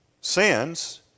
sins